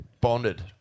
bonded